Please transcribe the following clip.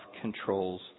control's